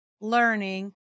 learning